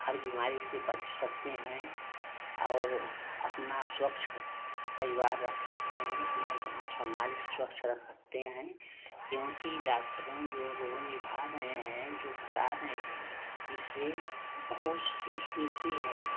हर बीमारी से बच सकते हैं और अपना स्वच्छ परिवार रख सकते हैं अपना गाँव समाज भी स्वच्छ रख सकते हैं क्योंकि डाक्टरों जो रोल निभा रहे हैं जो बता रहे हैं इससे बहुत सीख मिलती है